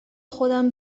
خودم